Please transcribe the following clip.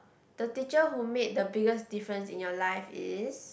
the teacher who made the biggest difference in your life is